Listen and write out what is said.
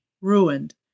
Ruined